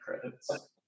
credits